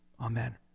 Amen